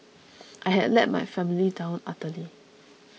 I had let my family down utterly